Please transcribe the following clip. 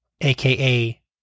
aka